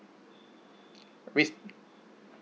we